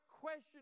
question